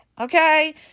okay